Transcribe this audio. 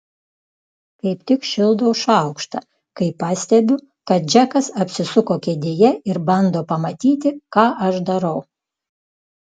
kaip tik šildau šaukštą kai pastebiu kad džekas apsisuko kėdėje ir bando pamatyti ką aš darau